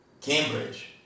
Cambridge